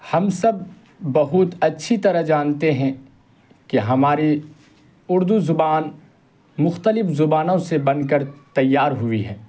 ہم سب بہت اچھی طرح جانتے ہیں کہ ہماری اردو زبان مختلف زبانوں سے بن کر تیار ہوئی ہے